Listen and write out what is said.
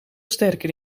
sterker